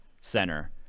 center